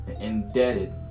indebted